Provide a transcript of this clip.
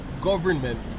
government